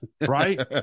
right